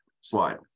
Slide